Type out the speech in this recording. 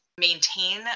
maintain